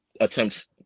attempts